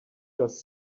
does